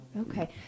Okay